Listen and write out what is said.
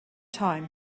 time